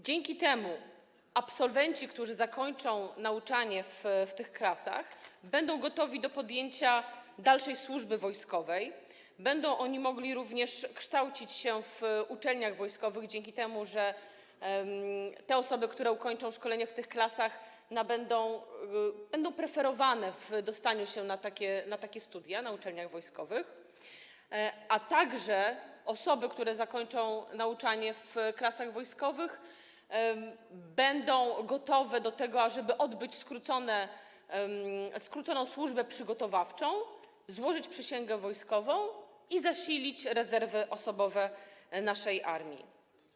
Dzięki temu absolwenci, którzy zakończą nauczanie w tych klasach, będą gotowi do podjęcia dalszej służby wojskowej, będą oni mogli również kształcić się w uczelniach wojskowych, bo osoby, które ukończą szkolenie w tych klasach, będą preferowane w dostaniu się na takie studia na uczelniach wojskowych, a także osoby, które zakończą nauczanie w klasach wojskowych, będą gotowe do tego, ażeby odbyć skróconą służbę przygotowawczą, złożyć przysięgę wojskową i zasilić rezerwy osobowe naszej armii.